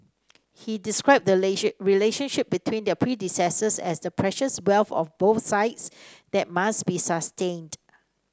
he described the nation relationship between their predecessors as the precious wealth of both sides that must be sustained